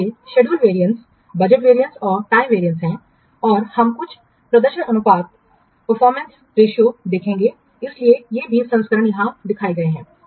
वे schedule variance budget variance और time वेरियंसहैं और हम कुछ प्रदर्शन अनुपात देखेंगे इसलिए ये सभी संस्करण यहां दिखाए गए हैं